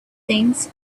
things